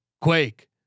Quake